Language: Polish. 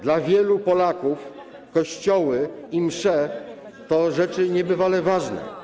Dla wielu Polaków kościoły i msze to rzeczy niebywale ważne.